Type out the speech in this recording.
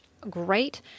great